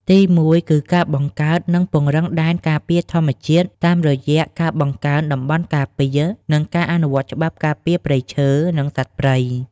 ទីមួយគឺការបង្កើត និងពង្រឹងដែនការពារធម្មជាតិ តាមរយៈការបង្កើនតំបន់ការពារ និងការអនុវត្តច្បាប់ការពារព្រៃឈើ និងសត្វព្រៃ។